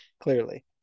Clearly